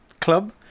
club